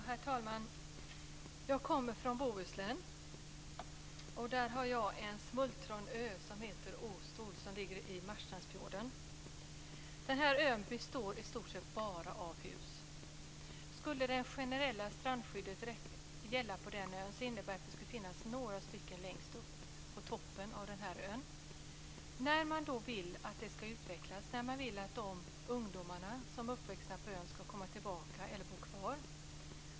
Herr talman! Jag kommer från Bohuslän. Där har jag en smultronö som heter Åstol och som ligger i Marstrandsfjorden. Denna ö består i stort sett bara av hus. Skulle det generella strandskyddet gälla på den ön hade det inneburit att det hade funnits några hus längst upp på toppen av ön. Man vill att ön ska utvecklas och att de ungdomar som är uppvuxna på ön ska komma tillbaka eller bo kvar.